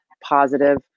positive